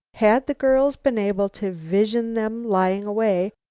had the girls been able to vision them lying away,